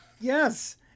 Yes